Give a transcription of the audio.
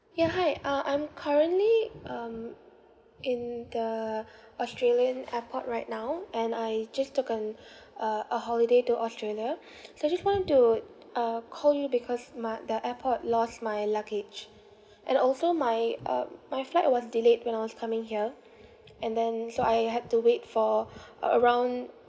ya hi uh I'm currently um in the australian airport right now and I just took on a a holiday to australia so just wanted to uh call you because my their airport lost my luggage and also my um my flight was delayed when I was coming here and then so I had to wait for a~ around